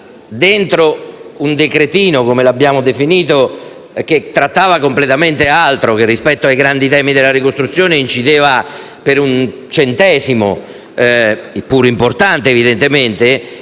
con un decretino - come l'abbiamo definito - che trattava completamente altro e che, rispetto ai grandi temi della ricostruzione, incideva solo per un centesimo - pur importante, evidentemente